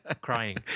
Crying